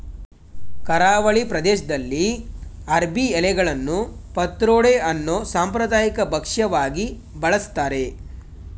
ಕರಾವಳಿ ಪ್ರದೇಶ್ದಲ್ಲಿ ಅರ್ಬಿ ಎಲೆಗಳನ್ನು ಪತ್ರೊಡೆ ಅನ್ನೋ ಸಾಂಪ್ರದಾಯಿಕ ಭಕ್ಷ್ಯವಾಗಿ ಬಳಸ್ತಾರೆ